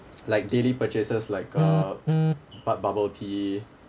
like daily purchases like uh bu~ bubble tea